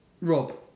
Rob